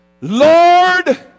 Lord